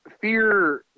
fear